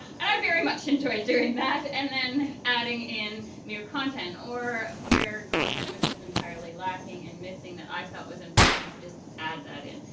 and i very much enjoyed doing that and then just adding in new content. or where content was just entirely lacking and missing that i felt was important, i could just add that in.